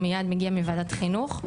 שמיד יגיע מוועדת החינוך.